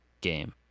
game